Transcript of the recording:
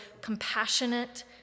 compassionate